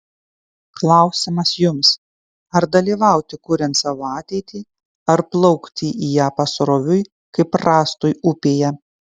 klausimas jums ar dalyvauti kuriant savo ateitį ar plaukti į ją pasroviui kaip rąstui upėje